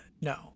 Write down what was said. no